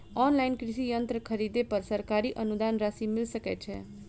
Online कृषि यंत्र खरीदे पर सरकारी अनुदान राशि मिल सकै छैय?